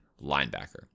linebacker